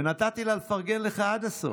ונתתי לה לפרגן לך עד הסוף.